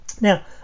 Now